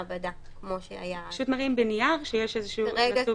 עשינו לפי התפוסה הגבוהה יותר שיש במקומות עם תו ירוק,